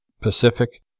Pacific